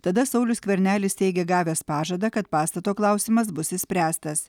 tada saulius skvernelis teigė gavęs pažadą kad pastato klausimas bus išspręstas